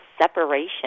separation